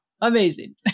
amazing